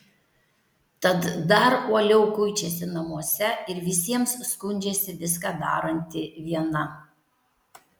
tad dar uoliau kuičiasi namuose ir visiems skundžiasi viską daranti viena